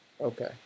Okay